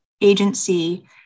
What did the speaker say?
agency